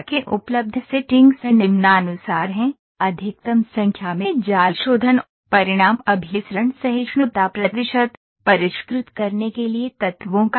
उपलब्ध सेटिंग्स निम्नानुसार हैं अधिकतम संख्या में जाल शोधन परिणाम अभिसरण सहिष्णुता प्रतिशत परिष्कृत करने के लिए तत्वों का भाग